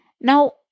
now